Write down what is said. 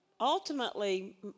ultimately